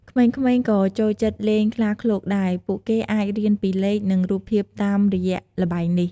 ក្មេងៗក៏ចូលចិត្តលេងខ្លាឃ្លោកដែរពួកគេអាចរៀនពីលេខ និងរូបភាពតាមរយៈល្បែងនេះ។